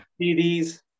CDs